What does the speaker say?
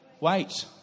wait